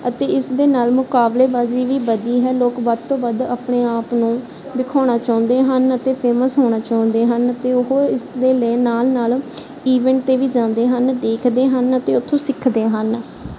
ਅਤੇ ਇਸ ਦੇ ਨਾਲ ਮੁਕਾਬਲੇਬਾਜ਼ੀ ਵੀ ਵਧੀ ਹੈ ਲੋਕ ਵੱਧ ਤੋਂ ਵੱਧ ਆਪਣੇ ਆਪ ਨੂੰ ਦਿਖਾਉਣਾ ਚਾਹੁੰਦੇ ਹਨ ਅਤੇ ਫੇਮਸ ਹੋਣਾ ਚਾਹੁੰਦੇ ਹਨ ਅਤੇ ਉਹ ਇਸ ਦੇ ਲਈ ਨਾਲ ਨਾਲ ਈਵੈਂਟ 'ਤੇ ਵੀ ਜਾਂਦੇ ਹਨ ਦੇਖਦੇ ਹਨ ਅਤੇ ਉੱਥੋਂ ਸਿੱਖਦੇ ਹਨ